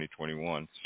2021